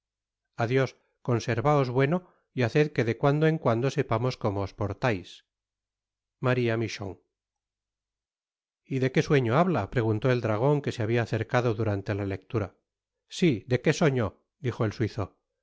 adios conservaos bueno y haced que de cuando en cuando sepamos como os portais maría michon y de qué sueño habla preguntó el dragon que se habia acercado durante la lectura sí de qué soño dijo el suizo